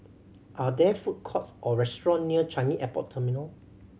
are there food courts or restaurant near Changi Airport Terminal